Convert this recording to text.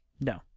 No